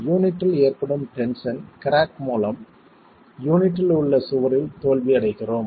யூனிட்டில் ஏற்படும் tension crack மூலம் யூனிட்டில் உள்ள சுவரில் தோல்வி அடைகிறோம்